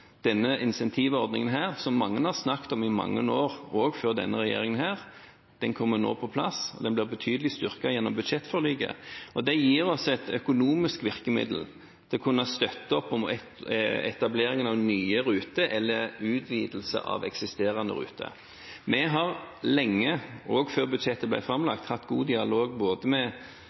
Denne incentivordningen, som mange har snakket om i mange år, også før denne regjeringen, kommer nå på plass. Den blir betydelig styrket gjennom budsjettforliket, og det gir oss et økonomisk virkemiddel til å kunne støtte opp om etablering av nye eller utvidelse av eksisterende ruter. Vi har lenge, også før budsjettet ble framlagt, hatt god dialog med